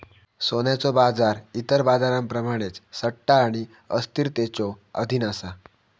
सोन्याचो बाजार इतर बाजारांप्रमाणेच सट्टा आणि अस्थिरतेच्यो अधीन असा